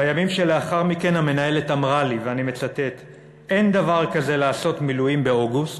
בימים שלאחר מכן המנהלת אמרה לה: "אין דבר כזה לעשות מילואים באוגוסט,